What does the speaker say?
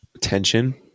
Tension